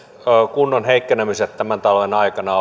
kunnon heikkeneminen tämän talven aikana